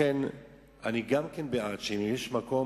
לכן אני גם בעד שאם יש מקום,